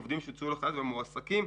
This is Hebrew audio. עובדים שהוצאו לחל"ת והמועסקים.